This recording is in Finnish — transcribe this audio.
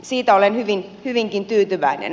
siitä olen hyvinkin tyytyväinen